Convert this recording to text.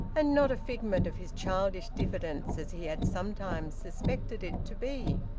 and not a figment of his childish diffidence, as he had sometimes suspected it to be.